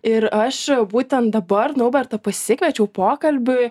ir aš būtent dabar naubertą pasikviečiau pokalbiui